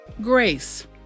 grace